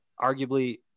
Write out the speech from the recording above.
arguably